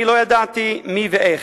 אני לא ידעתי מי ואיך,